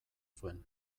zuen